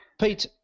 Pete